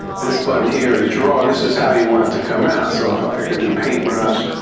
this button here is draw. this is how you want it to come out so if i can do paint brush,